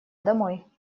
домой